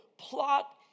plot